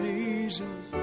Jesus